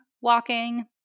walking